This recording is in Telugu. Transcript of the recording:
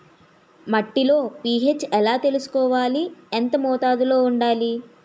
మట్టిలో పీ.హెచ్ ఎలా తెలుసుకోవాలి? ఎంత మోతాదులో వుండాలి?